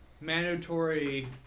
mandatory